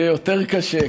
יהיה יותר קשה,